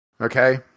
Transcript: Okay